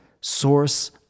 source